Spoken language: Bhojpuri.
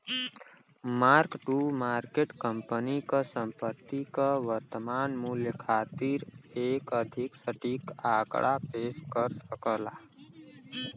मार्क टू मार्केट कंपनी क संपत्ति क वर्तमान मूल्य खातिर एक अधिक सटीक आंकड़ा पेश कर सकला